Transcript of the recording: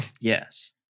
Yes